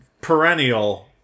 perennial